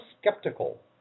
skeptical